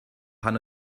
pan